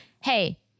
Hey